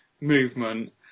movement